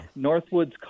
Northwoods